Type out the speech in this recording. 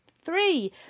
three